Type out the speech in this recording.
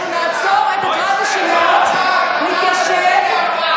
אנחנו נעצור את הקראת השמות, נתיישב.